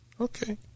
Okay